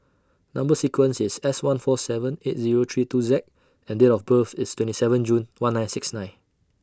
Number sequence IS S one four seven eight Zero three two Z and Date of birth IS twenty seven June one nine six nine